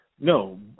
No